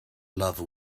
love